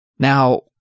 Now